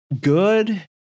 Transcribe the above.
good